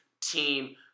team